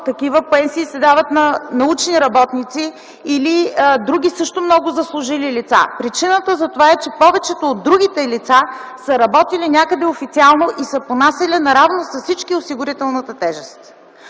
такива пенсии на научните работници или на други също много заслужили лица. Причината е, че повечето от другите лица са работили някъде официално и са понасяли на равно с всички осигурителната тежест.